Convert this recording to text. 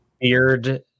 Beard